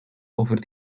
over